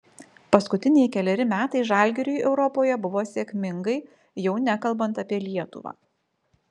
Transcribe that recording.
paskutiniai keleri metai žalgiriui europoje buvo sėkmingai jau nekalbant apie lietuvą